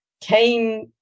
came